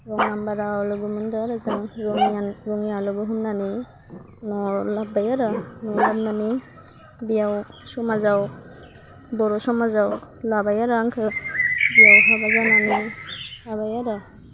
रं नाम्बाराव लोगो मोनदो आरो जों रङियान रङिया लोगो हमनानै न'वाव लाब्बाय आरो न'वाव लाबोनानै बेयाव समाजाव बर' समाजाव लाबाय आरो आंखो बेयाव हाबा जानानै थाबाय आरो